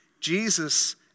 Jesus